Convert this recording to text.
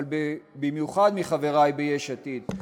אבל במיוחד מחברי ביש עתיד,